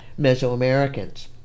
Mesoamericans